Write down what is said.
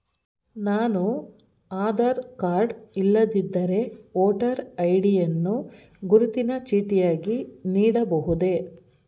ನಾನು ಆಧಾರ ಕಾರ್ಡ್ ಇಲ್ಲದಿದ್ದರೆ voter ID ಯನ್ನು ಗುರುತಿನ ಚೀಟಿಯಾಗಿ ನೀಡಬಹುದೇ?